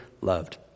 loved